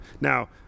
Now